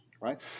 right